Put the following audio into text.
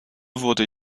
wurde